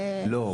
לא.